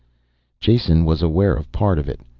jason was aware of part of it.